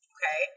Okay